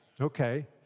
Okay